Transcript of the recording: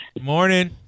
morning